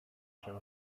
się